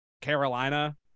Carolina